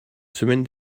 semaine